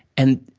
and,